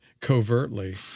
covertly